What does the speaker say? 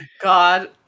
God